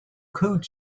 code